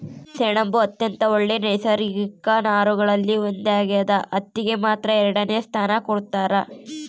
ಸೆಣಬು ಅತ್ಯಂತ ಒಳ್ಳೆ ನೈಸರ್ಗಿಕ ನಾರುಗಳಲ್ಲಿ ಒಂದಾಗ್ಯದ ಹತ್ತಿಗೆ ಮಾತ್ರ ಎರಡನೆ ಸ್ಥಾನ ಕೊಡ್ತಾರ